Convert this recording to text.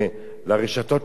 מהרשתות האחרות.